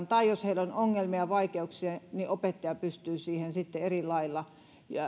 tai jos heillä on ongelmia vaikeuksia niin opettaja pystyy sitten eri lailla